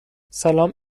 سلام